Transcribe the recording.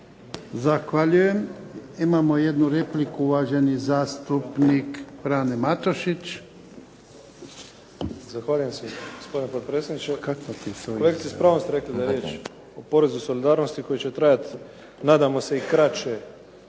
Zahvaljujem. Imamo jednu repliku. Uvaženi zastupnik Frane Matušić.